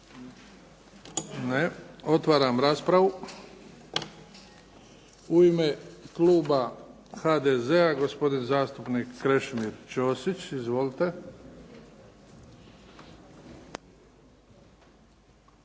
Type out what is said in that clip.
Ne. Otvaram raspravu. U ime kluba HDZ-a, gospodin zastupnik Krešimir Ćosić. Izvolite.